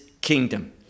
kingdom